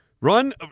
Run